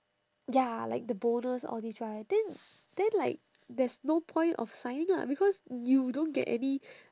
ya like the bonus all these right then then like there's no point of signing lah because you don't get any